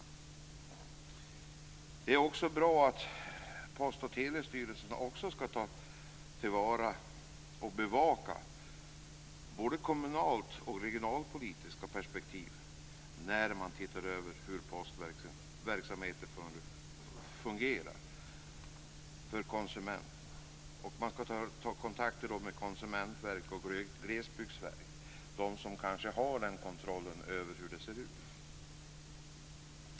Vidare är det bra att Post och telestyrelsen skall ta till vara och bevaka både kommunal och regionalpolitiska perspektiv vid översynen av hur postverksamheten fungerar för konsumenterna. Man skall då ta kontakt med Konsumentverket och Glesbygdsverket, som kanske är de som har kontroll över hur det ser ut.